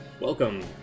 Welcome